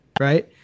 right